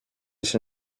się